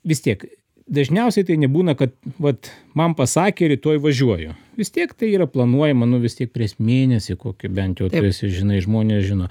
vis tiek dažniausiai tai nebūna kad vat man pasakė rytoj važiuoju vis tiek tai yra planuojama nu vis tiek pries mėnesį kokį bent jau tu esi žinai žmonės žino